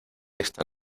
esta